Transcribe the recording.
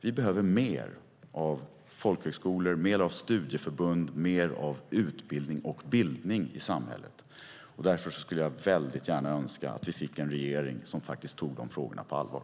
Vi behöver mer av folkhögskolor, mer av studieförbund, mer av utbildning och bildning i samhället. Därför skulle jag väldigt gärna önska att vi fick en regering som tog de frågorna på allvar.